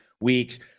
weeks